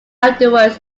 afterwards